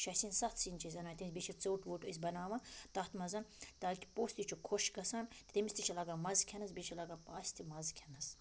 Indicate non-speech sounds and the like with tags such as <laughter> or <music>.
شےٚ سِنۍ سَتھ سِنۍ چھِ أسۍ اَنان <unintelligible> بیٚیہِ چھِ ژیوٚٹ ووٚٹ أسۍ بَناوان تَتھ منٛز تاکہِ پوٚژھ تہِ چھُ خوش گژھان تہٕ تٔمِس تہِ چھِ لَگان مَزٕ کھٮ۪نَس بیٚیہِ چھِ لَگان اَسہِ تہِ مَزٕ کھٮ۪نَس